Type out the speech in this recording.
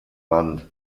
wand